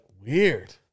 weird